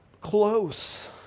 close